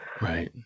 Right